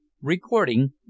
Recording